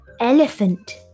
elephant